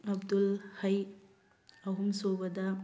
ꯑꯕꯗꯨꯜ ꯍꯩ ꯑꯍꯨꯝꯁꯨꯕꯗ